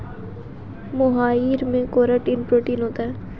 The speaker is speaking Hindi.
मोहाइर में केराटिन प्रोटीन होता है